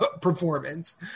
performance